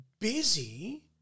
busy